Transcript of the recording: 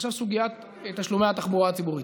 עכשיו, סוגיית תשלומי התחבורה הציבורית.